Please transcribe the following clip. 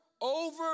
over